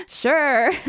sure